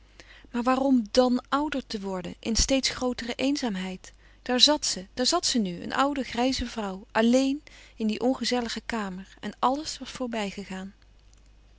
maar waarom dàn ouder te worden in steeds grootere eenzaamheid daar zat ze daar zat ze nu een oude grijze vrouw alleen in die ongezellige kamer en alles was voorbijgegaan